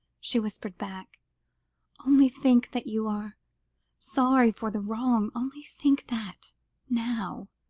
she whispered back only think that you are sorry for the wrong only think that now.